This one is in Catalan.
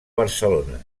barcelona